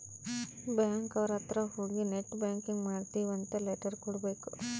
bank ಅವ್ರ ಅತ್ರ ಹೋಗಿ ನೆಟ್ ಬ್ಯಾಂಕಿಂಗ್ ಮಾಡ್ತೀವಿ ಅಂತ ಲೆಟರ್ ಕೊಡ್ಬೇಕು